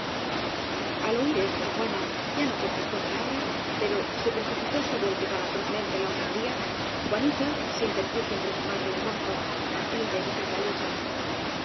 al oir esto juana ya no contestó palabra pero se precipitó sobre el que tan atrozmente la ofendía juanita se interpuso entre su madre y el mozo á fin de evitar la lucha